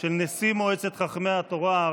של נשיא מועצת חכמי התורה,